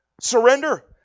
Surrender